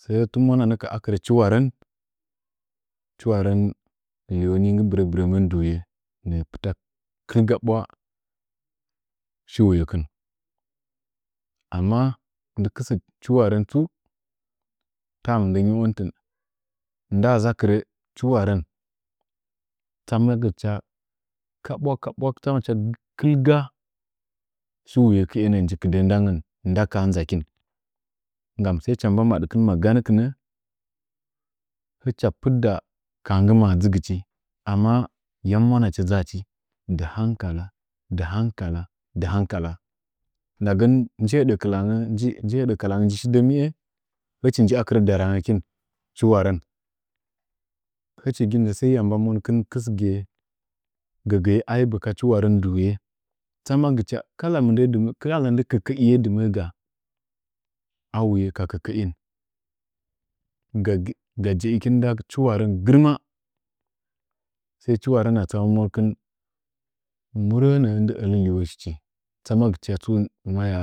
Sai mwananə akɨrə chiwarən, chiwarən liwo birəbɨrənə ni dɨwuye nə’ə pɨta kɨl ga ɓwa shiwuye kin, amma ndɨ kɨsə chiwarən tsu tada mɨndəngyio nitɨn, ndaa ʒakɨrə chuwarən tsamagicha kaɓwa kaɓwa kɨlga shuwuye kɨe nə ni kɨdən ndagən nda kahaa bakin ndama dɨgɨcha mba madkɨn dag ganə kɨnə hɨcha pitda ka haa nggɨmaa dʒɨgɨchi amma youn mwanachi dʒaachi, dɨ hankala dɨhankala ndagən nji hədə kɨlangə shi dəmiye hichi ja akɨrə darangəkɨn chiwarən hichi sai ya mba mokin kisgɨye, gəgɨye aiba ka chiwarən dɨwuye, tsanagicha kala mɨndə kala ndɨ kəkəiye dɨməəga a wuye ka kəkəin ga jeikin nda shiwarən gɨrmaa nda chiwarən tsamagɨcha murə nəə ndi ələ liwo njichi tsamagɨcha tsu maya